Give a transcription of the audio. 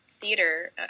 theater